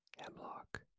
hemlock